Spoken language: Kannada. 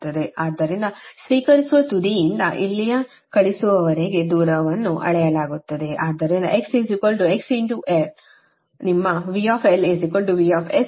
ಆದ್ದರಿಂದ ಸ್ವೀಕರಿಸುವ ತುದಿಯಿಂದ ಇಲ್ಲಿಯೇ ಕಳುಹಿಸುವವರೆಗೆ ದೂರವನ್ನು ಅಳೆಯಲಾಗುತ್ತದೆ ಆದ್ದರಿಂದ x x l ನಿಮ್ಮ V VS ಆಗಿದೆ